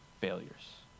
failures